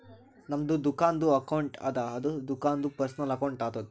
ನಮ್ದು ದುಕಾನ್ದು ಅಕೌಂಟ್ ಅದ ಅದು ದುಕಾಂದು ಪರ್ಸನಲ್ ಅಕೌಂಟ್ ಆತುದ